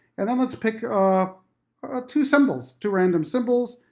and then let's pick ah ah two symbols, two random symbols,